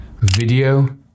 video